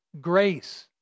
grace